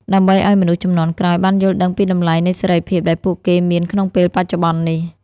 ដើម្បីឱ្យមនុស្សជំនាន់ក្រោយបានយល់ដឹងពីតម្លៃនៃសេរីភាពដែលពួកគេមានក្នុងពេលបច្ចុប្បន្ននេះ។